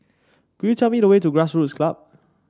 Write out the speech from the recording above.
could you tell me the way to Grassroots Club